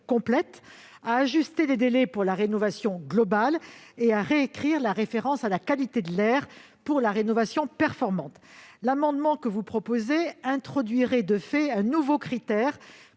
à ajuster les délais pour la rénovation globale et à réécrire la référence à la qualité de l'air pour la rénovation performante. L'amendement que vous proposez, s'il était adopté, introduirait de fait un nouveau critère